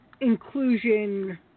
inclusion